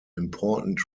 important